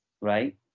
right